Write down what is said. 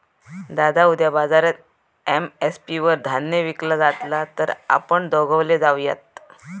दादा उद्या बाजारात एम.एस.पी वर धान्य विकला जातला तर आपण दोघवले जाऊयात